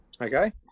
Okay